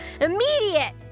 immediate